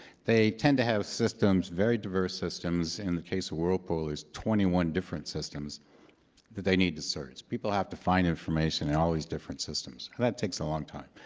they tend to have systems, very diverse systems in the case of whirlpool, there's twenty one different systems that they need to search. people have to find information in all these different systems, and that takes a long time.